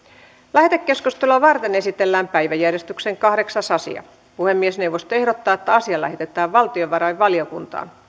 lähetekeskustelua varten esitellään päiväjärjestyksen kahdeksas asia puhemiesneuvosto ehdottaa että asia lähetetään valtiovarainvaliokuntaan